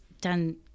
done